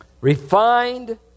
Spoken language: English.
refined